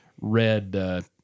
red